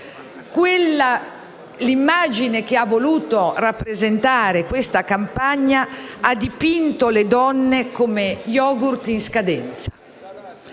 l'immagine che ha voluto rappresentare questa campagna ha dipinto le donne come yogurt in scadenza.